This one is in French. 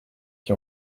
qui